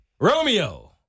Romeo